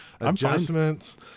adjustments